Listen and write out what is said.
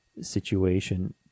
situation